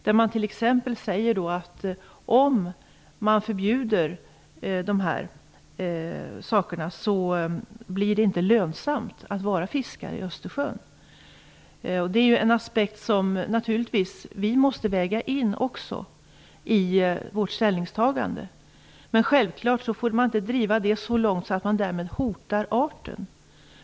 Man säger t.ex., att om man förbjuder dessa saker så blir det inte lönsamt att vara fiskare i Östersjön. Det är en aspekt som vi naturligtvis också måste väga in i vårt ställningstagande. Självfallet får man inte driva det så långt att man därmed hotar arten.